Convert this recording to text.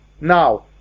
Now